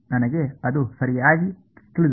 ನನಗೆ ಅದು ಸರಿಯಾಗಿ ತಿಳಿದಿದೆ